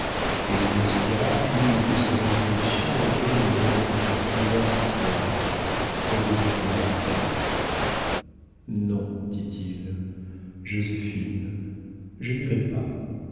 et lui inspira une de ces résolutions auxquelles il ne manque qu'un plus vaste théâtre pour devenir immortelles non dit-il joséphine je n'irai pas